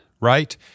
right